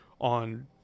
on